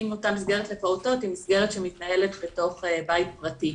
אם אותה מסגרת לפעוטות היא מסגרת שמתנהלת בתוך בית פרטי,